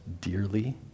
dearly